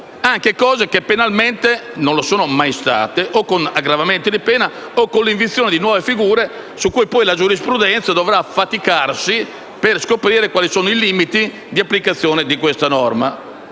anche condotte che penalmente colpibili non sono mai state o con aggravi di pena o con l'introduzione di nuove figure su cui poi la giurisprudenza dovrà faticare per scoprire quali sono i limiti di applicazione di questa norma.